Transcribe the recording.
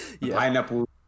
pineapple